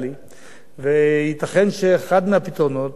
ייתכן שאחד מהפתרונות איננו רק ספרים.